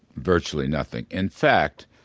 virtually nothing. in fact